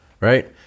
Right